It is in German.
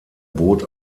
boot